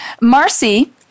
Marcy